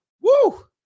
Woo